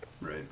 Right